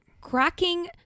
cracking